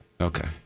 Okay